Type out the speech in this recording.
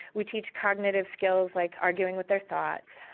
we teach cognitive skills like arguing with their thoughts,